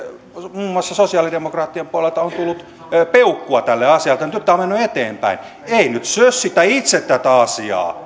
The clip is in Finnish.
muun muassa sosialidemokraattien puolelta on tullut peukkua tälle asialle että nyt tämä on mennyt eteenpäin ei nyt sössitä itse tätä asiaa